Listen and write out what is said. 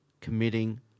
committing